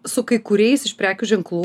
su kai kuriais iš prekių ženklų